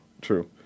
True